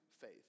faith